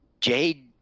Jade